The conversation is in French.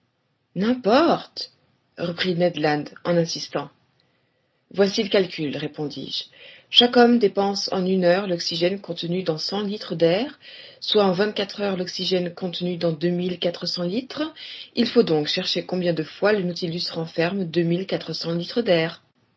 n'importe reprit ned land en insistant voici le calcul répondis-je chaque homme dépense en une heure l'oxygène contenu dans cent litres d'air soit en vingt-quatre heures l'oxygène contenu dans deux mille quatre cents litres il faut donc chercher combien de fois le nautilus renferme deux mille quatre cents litres d'air